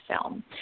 film